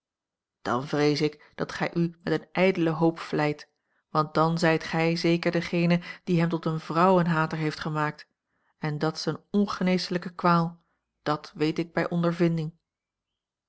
dan vrees ik dat gij u met een ijdele hoop vleit want dan zijt gij zeker degene die hem tot een vrouwenhater heeft gemaakt en dat's een ongeneeslijke kwaal dat weet ik bij ondervinding